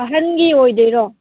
ꯑꯍꯟꯒꯤ ꯑꯣꯏꯗꯣꯏꯔꯣ